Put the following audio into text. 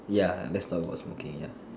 ya let's talk about smoking ya